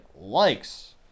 likes